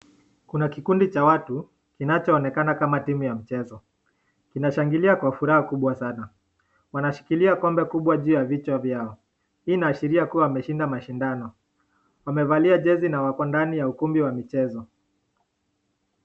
Kuna kikundi cha watu kinachoonekana kama timu ya mchezo. Kinashangilia kwa furaha kubwa sana. Wabashikilia kombe kubwa juu ya vichwa vyao. Hii inaashiria kuwa wameshinda mashindano. Wamevalia jezi na wako ndani ya ukumbi wa michezo.